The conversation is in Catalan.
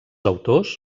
autors